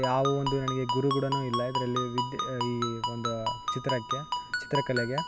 ಯಾವುವು ಒಂದು ನನಗೆ ಗುರು ಕೂಡ ಇಲ್ಲ ಇದರಲ್ಲಿ ವಿದ್ಯೆ ಈ ಒಂದು ಚಿತ್ರಕ್ಕೆ ಚಿತ್ರಕಲೆಗೆ